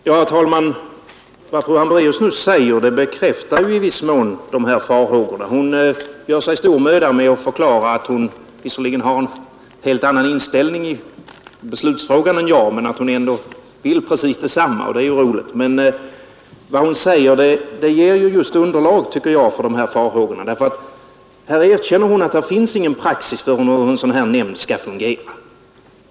Herr talman! Vad fru Hambraeus nu säger bekräftar i viss mån mina farhågor. Hon gör sig stor möda med att förklara att hon egentligen har en helt annan inställning i beslutsfrågan än jag har men att hon ändå vill precis detsamma — och det ju roligt. Men vad fru Hambraeus säger ger just anledning, tycker jag, till de här farhågorna, därför att här erkänner hon att det finns ingen praxis för hur någon sådan här nämnd skall fungera.